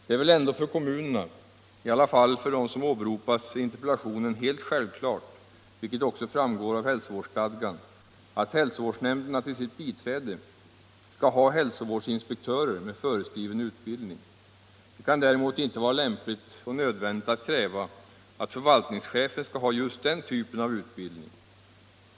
Det är väl ändå för kommunerna -— i alla fall för de kommuner som åberopas i interpellationen — helt självklart, vilket också framgår av hälsovårdsstadgan, att hälsovårdsnämnderna till sitt biträde skall ha hälsovårdsinspektörer med föreskriven utbildning. Det kan däremot inte vara lämpligt och nödvändigt att kräva att förvaltningschefen skall ha just den typen av utbildning.